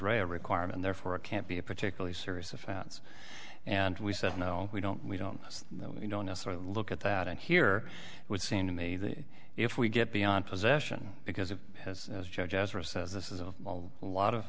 rea a requirement therefore it can't be a particularly serious offense and we said no we don't we don't we don't necessarily look at that and here it would seem to me that if we get beyond possession because it has as judge as ross says this is a lot of